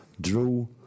drew